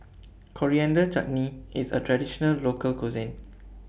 Coriander Chutney IS A Traditional Local Cuisine